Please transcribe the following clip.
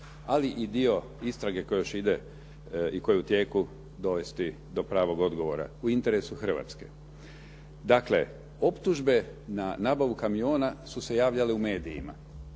ali i dio istrage koja još ide i koje je u tijeku dovesti do pravog odgovora u interesu Hrvatske. Dakle, optužbe na nabavu kamiona su se javljale u medijima.